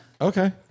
Okay